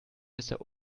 bisher